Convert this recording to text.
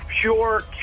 pure